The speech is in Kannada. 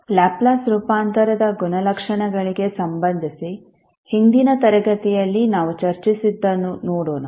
ಲ್ಯಾಪ್ಲೇಸ್ ರೂಪಾಂತರದ ಗುಣಲಕ್ಷಣಗಳಿಗೆ ಸಂಬಂಧಿಸಿ ಹಿಂದಿನ ತರಗತಿಯಲ್ಲಿ ನಾವು ಚರ್ಚಿಸಿದ್ದನ್ನು ನೋಡೋಣ